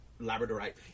labradorite